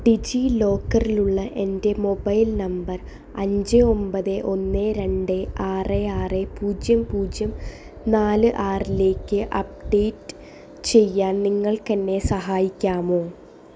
ഡിജിലോക്കറിലുള്ള എൻ്റെ mobile number അഞ്ച് ഒമ്പത് ഒന്ന് രണ്ട് ആറ് ആറ് പൂജ്യം പൂജ്യം നാല് ആറിലേക്ക് അപ്ഡേറ്റ് ചെയ്യാൻ നിങ്ങൾക്ക് എന്നെ സഹായിക്കാമോ